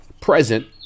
present